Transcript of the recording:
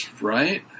Right